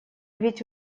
ведь